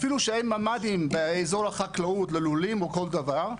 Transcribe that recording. אפילו שאין ממ"דים באזור החקלאות ללולים או כל דבר.